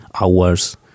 hours